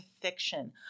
fiction